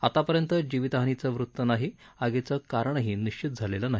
आतापर्यंत जिवितहानीचं वृत्त नसून आगीचं कारणही निश्वित झालेलं नाही